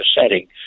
setting